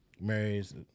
marries